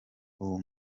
uwo